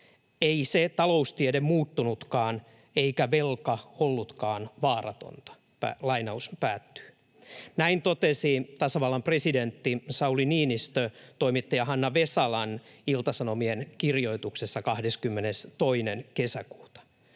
Ei se taloustiede muuttunutkaan, eikä velka ollutkaan vaaratonta.” Näin totesi tasavallan presidentti Sauli Niinistö toimittaja Hanna Vesalan Ilta-Sanomien kirjoituksessa 22. kesäkuuta.